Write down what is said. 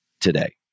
today